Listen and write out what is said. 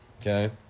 okay